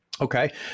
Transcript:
Okay